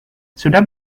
sudah